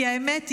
כי האמת היא,